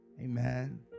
Amen